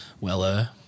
Weller